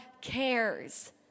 cares